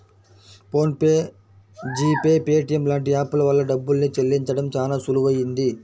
phone pay, G pay, Paytm లాంటి app ల వల్ల డబ్బుల్ని చెల్లించడం చానా సులువయ్యింది